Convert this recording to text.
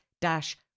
dash